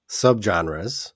subgenres